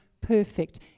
perfect